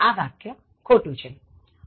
આ વાક્ય ખોટું છે